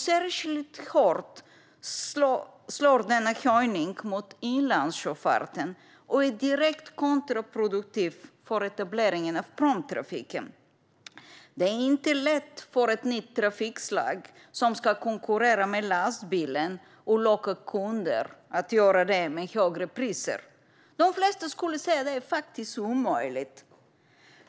Särskilt hårt slår denna höjning mot inlandssjöfarten. Den är direkt kontraproduktiv för etableringen av pråmtrafiken. Det är inte lätt för ett nytt trafikslag som ska konkurrera med lastbilen att locka kunder med högre priser. De flesta skulle säga att det är omöjligt.